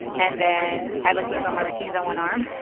and then i, like, learned all my routines on one arm